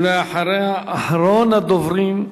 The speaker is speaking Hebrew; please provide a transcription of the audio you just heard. אחריה, אחרון הדוברים,